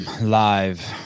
Live